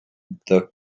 the